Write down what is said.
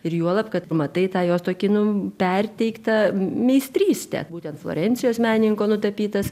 ir juolab kad pamatai tą jos tokį nu perteiktą meistrystę būtent florencijos menininko nutapytas